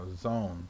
zone